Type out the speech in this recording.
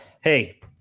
hey